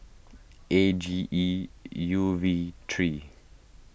A G E U V three